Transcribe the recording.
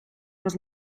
los